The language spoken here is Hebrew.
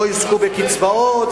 לא יזכו בקצבאות?